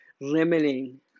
limiting